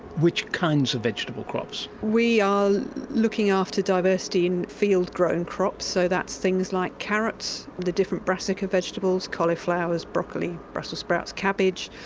which kinds of vegetable crops? we are looking after diversity in field grown crops, so that's things like carrots, the different brassica vegetables, cauliflower, broccoli, brussels sprouts, cabbage,